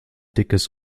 dickes